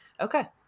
Okay